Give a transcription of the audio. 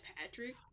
Patrick